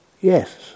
Yes